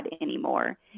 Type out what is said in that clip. anymore